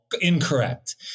incorrect